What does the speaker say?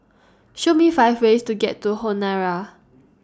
Show Me five ways to get to Honiara